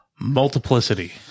Multiplicity